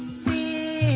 c